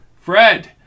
Fred